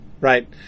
Right